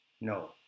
No